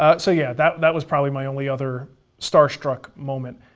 ah so, yeah, that that was probably my only other starstruck moment.